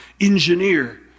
engineer